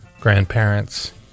grandparents